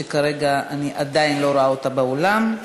שכרגע אני עדיין לא רואה אותה באולם.